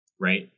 right